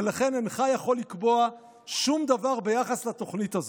ולכן אינך יכול לקבוע שום דבר ביחס לתוכנית הזו".